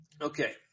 Okay